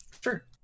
sure